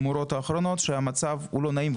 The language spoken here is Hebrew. אנחנו מרגישים עם כל התמורות האחרונות שהמצב הוא לא נעים,